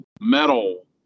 metal